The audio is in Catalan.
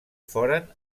foren